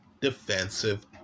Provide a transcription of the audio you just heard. defensive